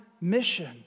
mission